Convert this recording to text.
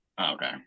Okay